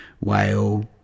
Whale